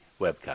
webcam